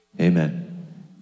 amen